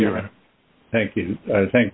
you thank you i think